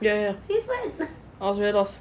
ya ya I was very lost